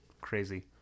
crazy